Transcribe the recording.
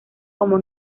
como